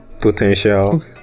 potential